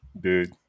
Dude